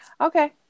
okay